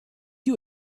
you